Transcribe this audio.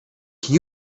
can